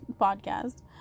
podcast